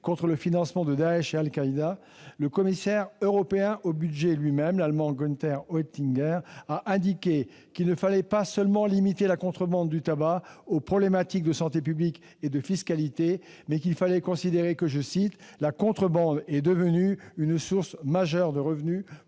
contre le financement de Daech et d'Al-Qaïda, le commissaire européen au budget lui-même, l'Allemand Günther Oettinger, a indiqué qu'il ne fallait pas seulement limiter la contrebande du tabac aux problématiques de santé publique et de fiscalité, mais qu'il fallait considérer que « la contrebande est devenue une source majeure de revenus